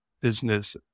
business